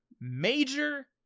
major